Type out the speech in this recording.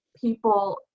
people